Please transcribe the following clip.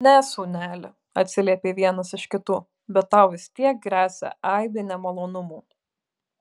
ne sūneli atsiliepė vienas iš kitų bet tau vis tiek gresia aibė nemalonumų